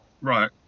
Right